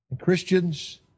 Christians